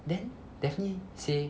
then daphne say